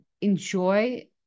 enjoy